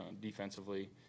defensively